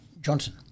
Johnson